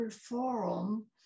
Forum